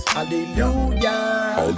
Hallelujah